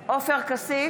כסיף,